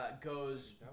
goes